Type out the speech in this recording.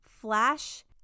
flash